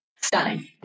Stunning